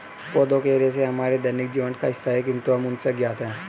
पौधों के रेशे हमारे दैनिक जीवन का हिस्सा है, किंतु हम उनसे अज्ञात हैं